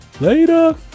later